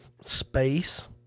space